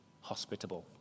hospitable